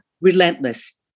relentless